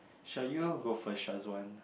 shall you go first Shazwan